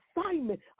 assignment